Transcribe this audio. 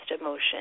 emotion